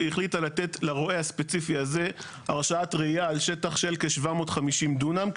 החליטה לתת לרועה הספציפי הזה הרשאת רעייה על שטח של כ-750 דונם.